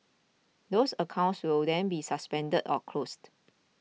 those accounts will then be suspended or closed